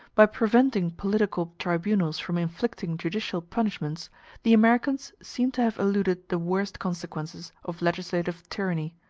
by preventing political tribunals from inflicting judicial punishments the americans seem to have eluded the worst consequences of legislative tyranny,